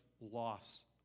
loss